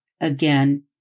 Again